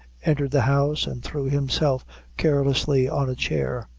entered the house, and threw himself carelessly on a chair.